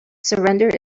surrender